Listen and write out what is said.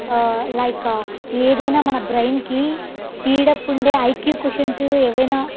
like ఏదైనా మన బ్రైన్కి స్పీడప్ ఉండే ఐక్యూ క్వషన్సు ఏవైనా